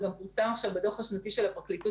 זה גם פורסם בדוח הפרקליטות